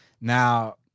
Now